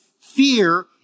fear